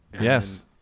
Yes